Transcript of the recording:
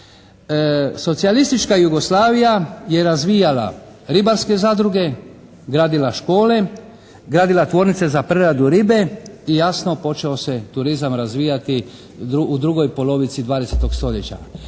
Socijalistička Jugoslavija je razvijala ribarske zadruge, gradila škole, gradila tvornice za preradu ribe i jasno počeo se turizam razvijati u drugoj polovici 20. stoljeća.